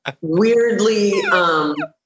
weirdly